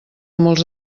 molts